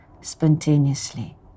spontaneously